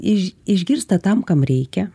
iš išgirsta tam kam reikia